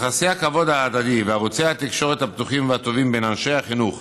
יחסי הכבוד ההדדי וערוצי התקשורת הפתוחים והטובים בין אנשי החינוך